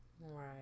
right